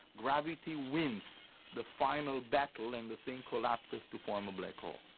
gravity wins the final battle and the thing collapses to form a black hole.